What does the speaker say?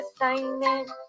assignment